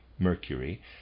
Mercury